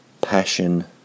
passion